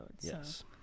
Yes